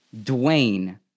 Dwayne